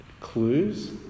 clues